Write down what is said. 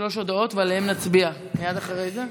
שלוש הודעות, ונצביע עליהן מייד אחרי זה?